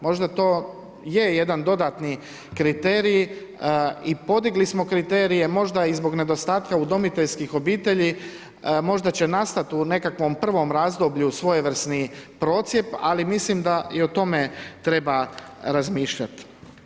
Možda to je jedan dodatni kriterij i podigli smo kriterije možda i zbog nedostatka udomiteljskih obitelji, možda će nastati u nekakvom prvom razdoblju svojevrsni procjep, ali mislim da i o tome treba razmišljati.